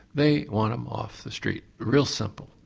they want them off the street real simple.